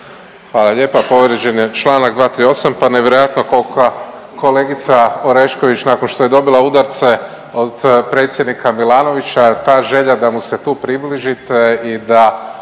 Hvala lijepa. Povrijeđen je članak 238. Pa nevjerojatno koliko kolegica Orešković nakon što je dobila udarce od predsjednika Milanovića, jer ta želja da mu se tu približite i da